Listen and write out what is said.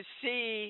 see